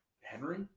Henry